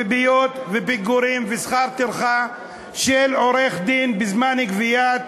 ריביות ופיגורים ושכר טרחה של עורך-דין בזמן גביית